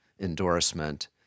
endorsement